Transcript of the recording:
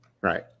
Right